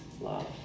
love